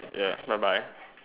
ya bye bye